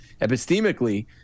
epistemically